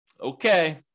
Okay